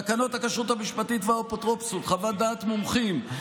תקנות הכשרות המשפטית והאפוטרופסות (חוות דעת מומחים),